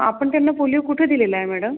आपण त्यांना पोलियो कुठे दिलेला आहे मॅडम